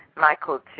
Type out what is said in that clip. Michael